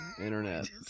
internet